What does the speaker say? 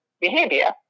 behavior